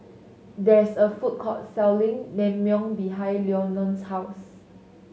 there is a food court selling Naengmyeon behind Lenon's house